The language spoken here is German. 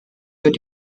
wird